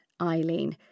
Eileen